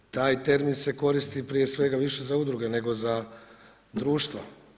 Taj termin se koristi prije svega više za udruge nego za društva.